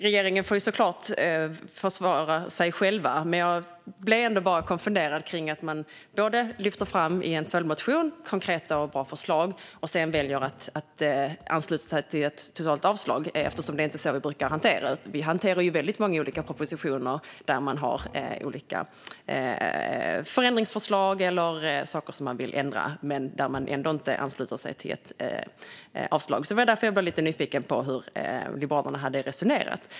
Regeringen får såklart försvara sig själv. Men jag blir konfunderad över att man lyfter fram konkreta och bra förslag i en följdmotion och sedan väljer att ansluta sig till ett totalt avslag. Det är inte så vi brukar hantera det. Vi hanterar ju väldigt många olika propositioner då man har olika förändringsförslag eller saker man vill ändra men ändå inte ansluter sig till ett avslag. Det var därför jag var lite nyfiken på hur Liberalerna resonerat.